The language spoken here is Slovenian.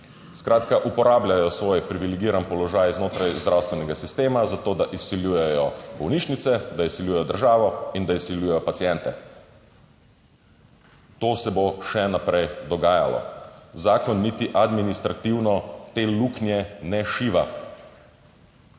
Skratka, uporabljajo svoj privilegiran položaj znotraj zdravstvenega sistema, zato da izsiljujejo bolnišnice, da izsiljujejo državo in da izsiljujejo paciente. To se bo še naprej dogajalo. Zakon niti administrativno te luknje ne šiva.